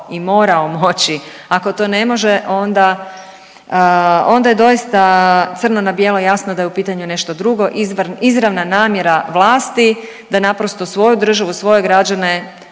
i morao moći, ako to ne može onda, onda je doista crno na bijelo jasno da je u pitanju nešto drugo, izravna namjera vlasti da naprosto svoju državu i svoje građane